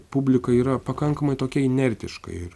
publika yra pakankamai tokia inertiška ir